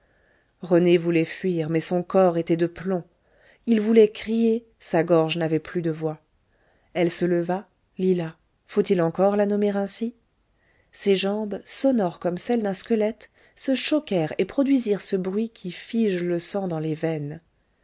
rené voulait fuir mais son corps était de plomb il voulait crier sa gorge n'avait plus de voix elle se leva lila faut-il encore la nommer ainsi ses jambes sonores comme celles d'un squelette se choquèrent et produisirent ce bruit qui fige le sang dans les veines